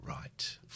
right